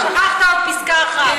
קראת, שכחת פסקה אחת.